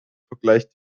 vergleicht